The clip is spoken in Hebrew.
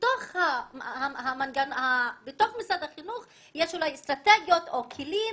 בתוך משרד החינוך יש אולי אסטרטגיות או כלים